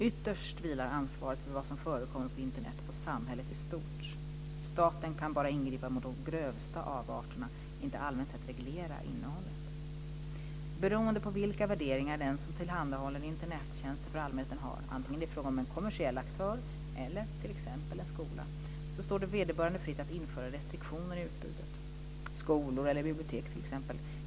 Ytterst vilar ansvaret för vad som förekommer på Internet på samhället i stort. Staten kan bara ingripa mot de grövsta avarterna, inte allmänt sett reglera innehållet. Beroende på vilka värderingar den som tillhandahåller Internettjänster för allmänheten har, antingen det är fråga om en kommersiell aktör eller t.ex. en skola, står det vederbörande fritt att införa restriktioner i utbudet. Skolor, bibliotek etc.